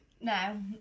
No